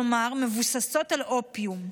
כלומר, מבוססות על אופיום.